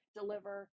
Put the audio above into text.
deliver